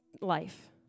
life